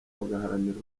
bagaharanira